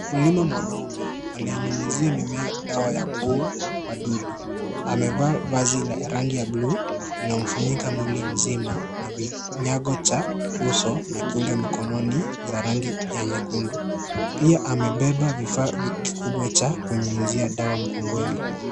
Mkulima mwanaume ananyunyizia mimea dawa ya kuua wadudu, amevaa vazi la rangi ya blue na amefunika mwili mzima na vinyago cha uso na kinga mkononi za rangi ya nyekundu, pia amebeba vifaa kikubwa cha kunyunyizia dawa mgongoni.